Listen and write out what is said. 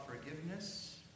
forgiveness